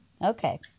Okay